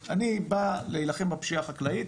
אני בא להילחם בפשיעה החקלאית,